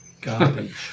Garbage